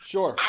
Sure